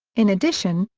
in addition,